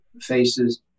faces